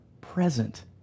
present